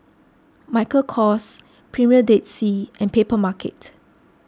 Michael Kors Premier Dead Sea and Papermarket